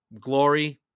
glory